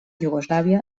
iugoslàvia